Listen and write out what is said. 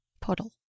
puddle